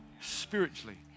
spiritually